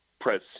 press